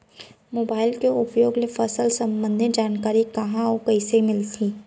Mobile के उपयोग ले फसल सम्बन्धी जानकारी कहाँ अऊ कइसे मिलही?